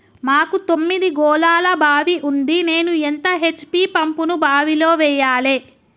మాకు తొమ్మిది గోళాల బావి ఉంది నేను ఎంత హెచ్.పి పంపును బావిలో వెయ్యాలే?